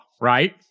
right